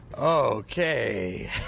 Okay